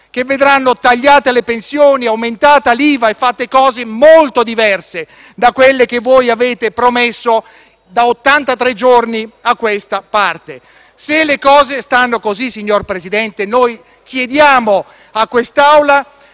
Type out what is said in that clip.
che vedranno tagliate le pensioni, aumentata l'IVA e realizzate cose molto diverse da quelle che avete promesso da ottantatré giorni a questa parte. Se le cose stanno così, signor Presidente, chiediamo a quest'Assemblea